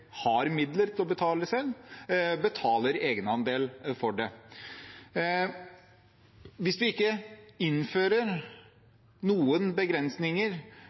har midler til det, betaler egenandeler for det. Hvis vi ikke innfører noen begrensninger